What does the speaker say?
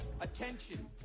Attention